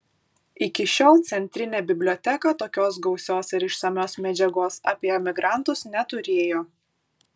iki šiol centrinė biblioteka tokios gausios ir išsamios medžiagos apie emigrantus neturėjo